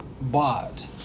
bought